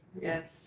yes